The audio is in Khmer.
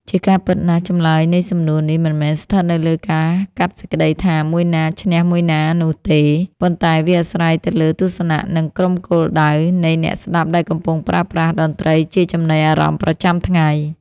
ជាការពិតណាស់ ចម្លើយនៃសំណួរនេះមិនមែនស្ថិតនៅលើការកាត់សេចក្តីថា មួយណាឈ្នះមួយណានោះទេ ប៉ុន្តែវាអាស្រ័យទៅលើ ទស្សនៈ និង ក្រុមគោលដៅ នៃអ្នកស្ដាប់ដែលកំពុងប្រើប្រាស់តន្ត្រីជាចំណីអារម្មណ៍ប្រចាំថ្ងៃ។